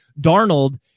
Darnold